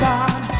God